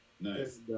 Nice